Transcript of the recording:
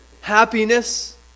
happiness